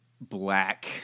black